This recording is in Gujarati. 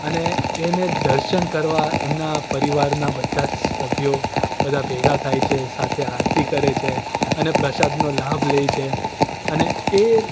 અને એને દર્શન કરવા એમના પરિવારના બધા જ સભ્યો બધા ભેગા થાય છે સાથે આરતી કરે છે અને પ્રસાદનો લાભ લે છે અને એ